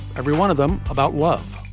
every one of them about love,